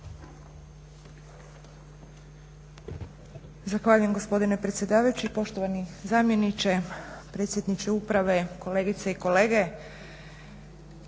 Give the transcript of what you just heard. Hvala i vama.